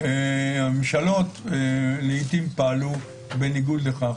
הממשלות לעיתים פעלו בניגוד לכך.